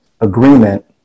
agreement